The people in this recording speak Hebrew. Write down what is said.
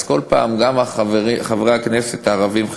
כל פעם גם חברי הכנסת הערבים,